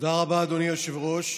תודה רבה, אדוני היושב-ראש.